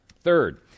third